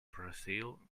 brazil